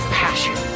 passion